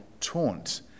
taunt